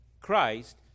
Christ